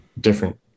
different